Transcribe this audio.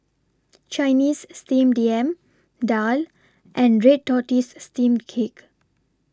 Chinese Steamed Yam Daal and Red Tortoise Steamed Cake